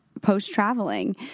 post-traveling